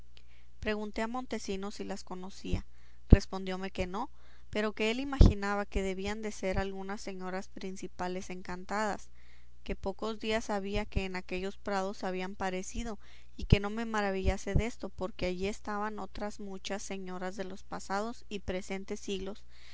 pregunté a montesinos si las conocía respondióme que no pero que él imaginaba que debían de ser algunas señoras principales encantadas que pocos días había que en aquellos prados habían parecido y que no me maravillase desto porque allí estaban otras muchas señoras de los pasados y presentes siglos